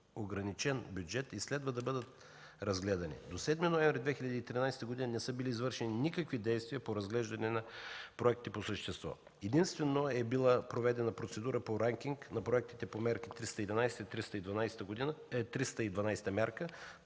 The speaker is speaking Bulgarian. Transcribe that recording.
ограничен бюджет и следва да бъдат разгледани. До 7 ноември 2013 г. не са били извършени никакви действия по разглеждане на проектите по същество. Единствено е била проведена процедура по ранкинг на проектите по Мярка 311 и Мярка